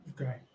Okay